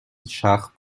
richard